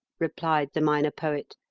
replied the minor poet,